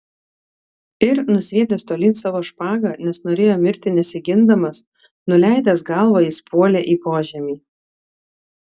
ir nusviedęs tolyn savo špagą nes norėjo mirti nesigindamas nuleidęs galvą jis puolė į požemį